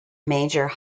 major